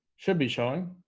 should be showing